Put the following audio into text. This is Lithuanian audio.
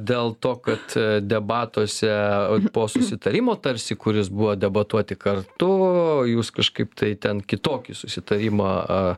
dėl to kad debatuose po susitarimo tarsi kuris buvo debatuoti kartu jūs kažkaip tai ten kitokį susitarimą